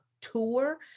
tour